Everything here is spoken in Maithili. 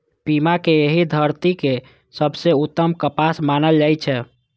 पीमा कें एहि धरतीक सबसं उत्तम कपास मानल जाइ छै